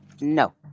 No